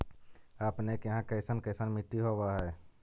अपने के यहाँ कैसन कैसन मिट्टी होब है?